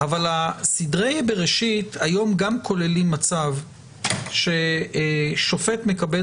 אבל סדרי בראשית היום גם כוללים מצב ששופט מקבל